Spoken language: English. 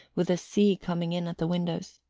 with the sea coming in at the windows.